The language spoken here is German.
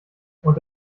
und